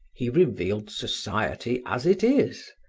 he revealed society as it is,